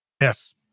Yes